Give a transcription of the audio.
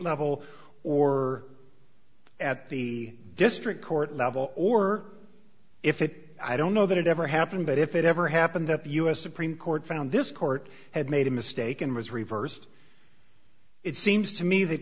level or at the district court level or if it i don't know that it ever happened but if it ever happened that the u s supreme court found this court had made a mistake and was reversed it seems to me that